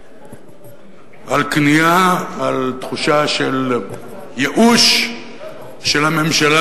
כניעה, תחושה של ייאוש של הממשלה